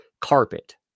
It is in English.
carpet